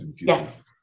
Yes